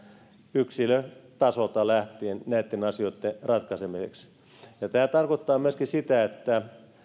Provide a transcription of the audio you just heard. yksilötasolta lähtien näitten asioitten ratkaisemiseksi tämä tarkoittaa myöskin sitä että